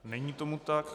Není tomu tak.